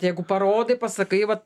jeigu parodai pasakai vat